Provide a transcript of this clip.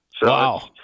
Wow